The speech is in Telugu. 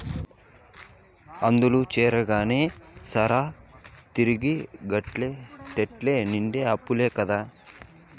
అందుల చేరగానే సరా, తిరిగి గట్టేటెట్ట నిండా అప్పులే కదా